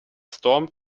storm